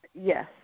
yes